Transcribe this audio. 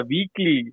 Weekly